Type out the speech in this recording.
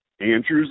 Andrew's